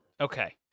okay